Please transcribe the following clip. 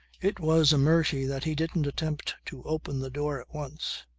it was a mercy that he didn't attempt to open the door at once.